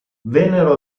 vennero